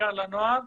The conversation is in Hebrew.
ובעיקר לנוער